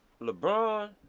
LeBron